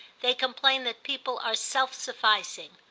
they complain that people are self-sufficing.